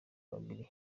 babiri